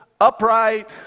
upright